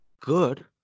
good